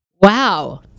Wow